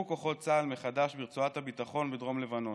כוחות צה"ל מחדש ברצועת הביטחון בדרום לבנון.